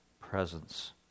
presence